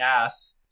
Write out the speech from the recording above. ass